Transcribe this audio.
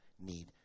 need